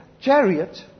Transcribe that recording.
chariot